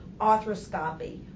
arthroscopy